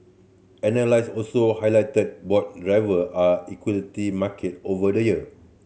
analyst also highlighted broad driver are equity market over the year